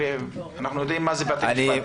אנחנו יודעים מה זה בתי משפט.